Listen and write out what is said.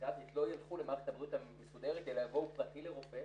פסיכיאטרית לא ילכו למערכת הבריאות המסודרת אלא יבואו פרטי לרופא